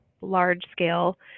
large-scale